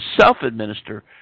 self-administer